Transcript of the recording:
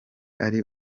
ari